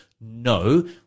No